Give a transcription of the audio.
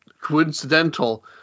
coincidental